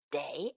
day